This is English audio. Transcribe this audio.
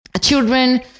children